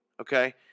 okay